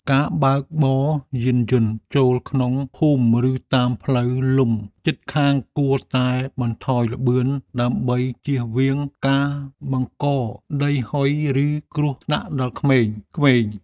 ការបើកបរយានយន្តចូលក្នុងភូមិឬតាមផ្លូវលំជិតខាងគួរតែបន្ថយល្បឿនដើម្បីជៀសវាងការបង្កដីហុយឬគ្រោះថ្នាក់ដល់ក្មេងៗ។